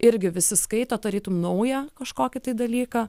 irgi visi skaito tarytum naują kažkokį tai dalyką